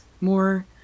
more